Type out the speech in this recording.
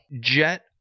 Jet